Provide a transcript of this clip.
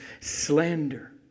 slander